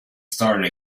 started